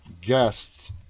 guests